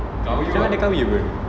kau ada qawi ke